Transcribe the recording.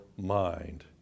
mind